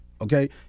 okay